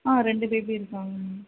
ஆ ரெண்டு பேபி இருக்காங்க மேம்